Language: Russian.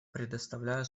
предоставляю